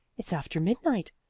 it's after midnight.